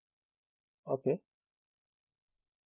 okay